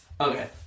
Okay